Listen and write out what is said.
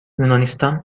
yunanistan